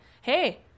hey